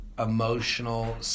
emotional